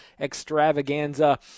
Extravaganza